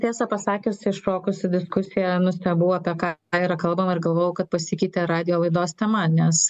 tiesa pasakius įšokus į diskusija nustebau apie ką yra kalbama ir galvoju kad pasikeitė radijo laidos tema nes